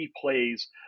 plays